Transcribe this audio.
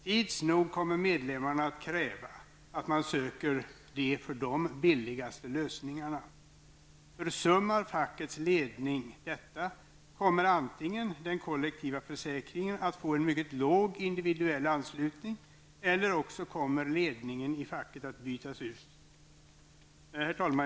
Tids nog kommer medlemmarna att kräva att man söker de för dem billigaste lösningarna. Försummar fackets ledning detta kommer antingen den kollektiva försäkringen att få en mycket låg individuell anslutning eller också kommer ledningen i facket att bytas ut. Herr talman!